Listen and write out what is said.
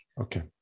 Okay